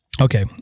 Okay